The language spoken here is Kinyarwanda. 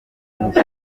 nkuko